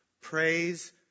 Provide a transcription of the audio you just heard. praise